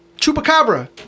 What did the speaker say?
Chupacabra